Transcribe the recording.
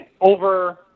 over